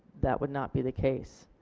that would not be the case.